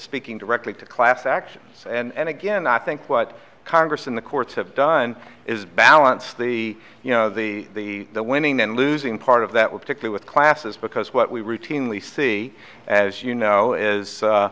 speaking directly to class actions and again i think what congress and the courts have done is balance the you know the the the winning and losing part of that will protect the with classes because what we routinely see as you know is